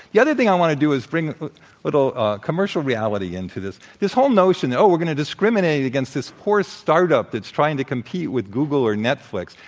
the other thing i want to do is bring a little commercial reality into this. this whole notion that oh, we're doing to discriminate against this poor start-up that's trying to complete with google or netflix